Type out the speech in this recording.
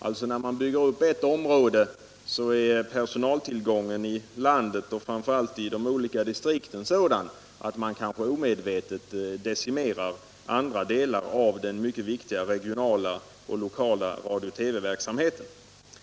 Personaltillgången i landet, framför allt i de olika distrikten, är alltså så begränsad att man när man bygger ut ett område kanske omedvetet decimerar andra delar av den mycket viktiga regionala och lokala radiooch TV-verksamheten.